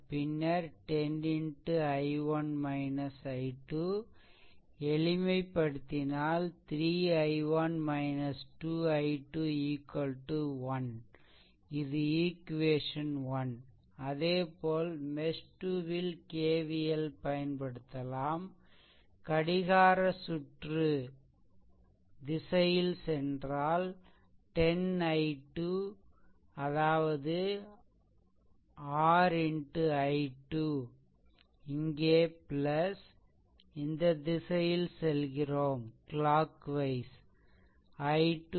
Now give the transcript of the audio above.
பின்னர் 10 X i1 i2 எளிமைபடுத்தினால் 3i1 - 2i2 1 இது ஈக்வேசன்1 அதேபோல் மெஷ்2 ல் KVL பயன்படுத்தலாம் கடிகாரசுற்று திசையில் சென்றால் 10 x I2 அதாவது R x I2 இங்கே இந்த திசையில் செல்கிறோம் i2 i1 X 10